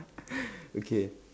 okay